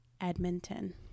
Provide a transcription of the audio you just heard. Edmonton